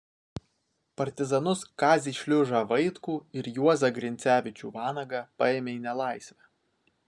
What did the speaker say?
partizanus kazį šliužą vaitkų ir juozą grincevičių vanagą paėmė į nelaisvę